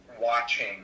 watching